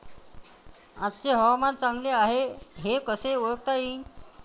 आजचे हवामान चांगले हाये हे कसे ओळखता येईन?